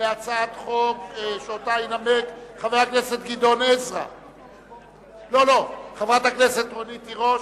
להצעת חוק שתנמק חברת הכנסת רונית תירוש,